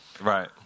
Right